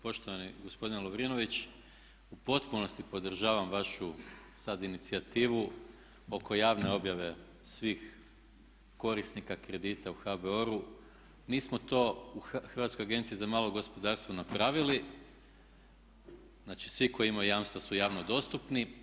Poštovani gospodine Lovrinović, u potpunosti podržavam vašu sada inicijativu oko javne objave svih korisnika kredita u HBOR-u, mi smo to u Hrvatskoj agenciji za malo gospodarstvo napravili, znači svi koji imaju jamstva su javno dostupni.